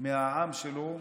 מהעם שלו,